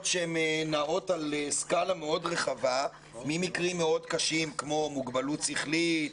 שנעות על סקאלה מאוד רחבה ממקרים קשים מאוד כמו מוגבלות שכלית,